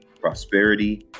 prosperity